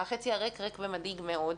החצי הריק, ריק ומדאיג מאוד.